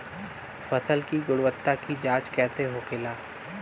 फसल की गुणवत्ता की जांच कैसे होखेला?